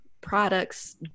products